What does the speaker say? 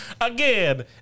again